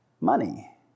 Money